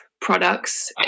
products